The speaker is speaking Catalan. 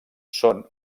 són